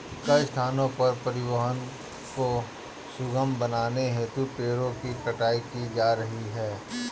कई स्थानों पर परिवहन को सुगम बनाने हेतु पेड़ों की कटाई की जा रही है